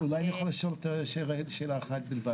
אולי אני יכול לשאול שאלה אחת בלבד?